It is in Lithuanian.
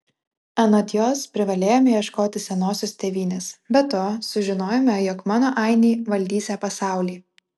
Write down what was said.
anot jos privalėjome ieškoti senosios tėvynės be to sužinojome jog mano ainiai valdysią pasaulį